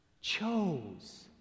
chose